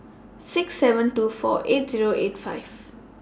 six seven two four eight Zero eight five